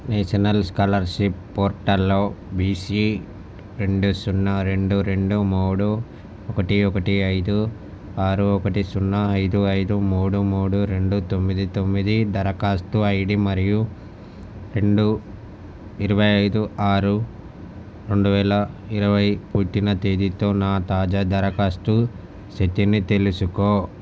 national scholarship పోర్టల్లో BC రెండు సున్నా రెండు రెండు మూడు ఒకటి ఒకటి ఐదు ఆరు ఒకటి సున్నా ఐదు ఐదు మూడు మూడు రెండు తొమ్మిది తొమ్మిది దరఖాస్తు ఐడి మరియు రెండు ఇరవై ఐదు ఆరు రెండు వేల ఇరవై పుట్టిన తేదీతో నా తాజా దరఖాస్తు స్థితిని తెలుసుకో